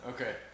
Okay